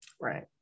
Right